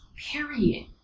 Period